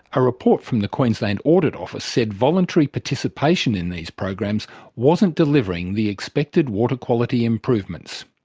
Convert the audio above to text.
a report from the queensland audit office said voluntary participation in these programs wasn't delivering the expected water quality improvements.